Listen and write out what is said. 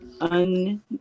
un